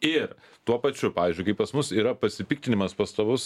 ir tuo pačiu pavyzdžiui kai pas mus yra pasipiktinimas pastovus